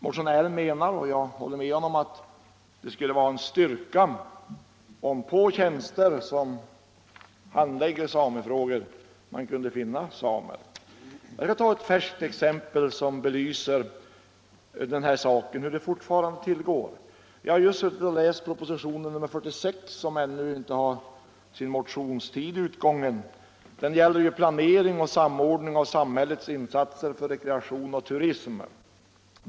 Motionären menar, och jag håller med honom, att det skulle vara en styrka om man kunde finna samer på de tjänster där det handläggs samefrågor. Låt mig ta ett färskt exempel som belyser hur det fortfarande tillgår. Jag har just läst propositionen 46, vars motionstid ännu inte är utgången. Den gäller planering och samordning av samhällets insatser för rekreation och turism.